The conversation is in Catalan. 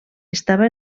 estava